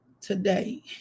today